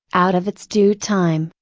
out of its due time,